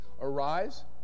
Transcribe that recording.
Arise